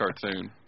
cartoon